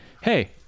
hey